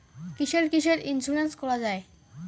কিসের কিসের ইন্সুরেন্স করা যায়?